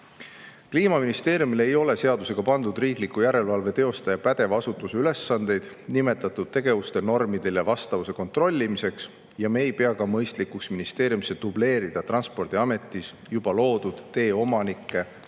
Kliimaministeeriumile ei ole seadusega pandud riikliku järelevalve teostaja pädeva asutuse ülesandeid nimetatud tegevuste normidele vastavuse kontrollimiseks ja me ei pea mõistlikuks ministeeriumisse dubleerida Transpordiametis juba loodud tee omaniku